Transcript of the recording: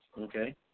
Okay